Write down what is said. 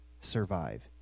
survive